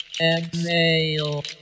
Exhale